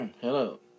Hello